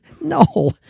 No